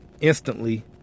instantly